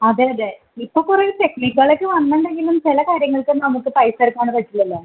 അതെ അതെ ഇപ്പോൾ കുറേ ടെക്നിക്കുകളൊക്കെ വന്നിട്ടുണ്ടെങ്കിലും ചില കാര്യങ്ങൾക്ക് നമുക്ക് പൈസ എടുക്കാതെ പറ്റില്ലല്ലോ